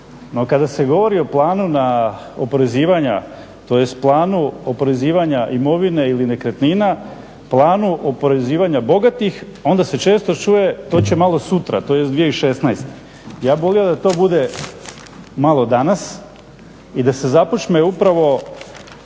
na oporezivanju, tj planu oporezivanja imovine ili nekretnina, planu oporezivanja bogatih, onda se često čuje, to će malo sutra, to je iz 2016. Ja bih volio da to bude malo danas i da se započne upravo